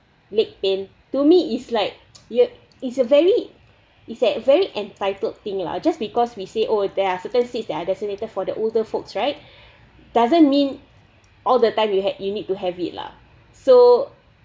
leg pain to me it's like it's a very it's a very entitled thing lah just because we say oh they are certain seats that are designated for the older folks right doesn't mean all the time you had you need to have it lah so